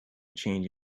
change